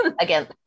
Again